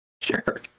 Sure